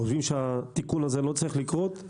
חושבים שהתיקון הזה לא צריך לקרות,